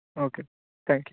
okay thank you